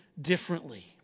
differently